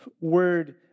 word